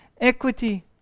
equity